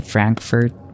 Frankfurt